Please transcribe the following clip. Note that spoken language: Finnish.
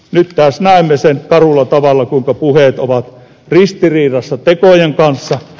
nyt taas näemme sen karulla tavalla kuinka puheet ovat ristiriidassa tekojen kanssa